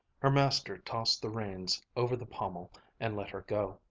her master tossed the reins over the pommel and let her go.